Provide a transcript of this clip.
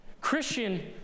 Christian